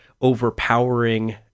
overpowering